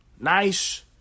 nice